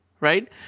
right